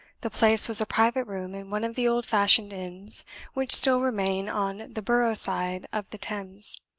the place was a private room in one of the old-fashioned inns which still remain on the borough side of the thames.